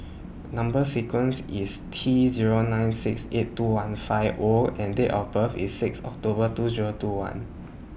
Number sequence IS T Zero nine six eight two one five O and Date of birth IS six October two Zero two one